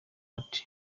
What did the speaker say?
party